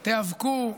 תיאבקו,